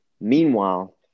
Meanwhile